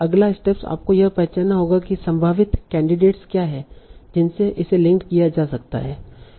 अगला स्टेप आपको यह पहचानना होगा कि संभावित कैंडिडेट क्या हैं जिनसे इसे लिंक्ड किया जा सकता है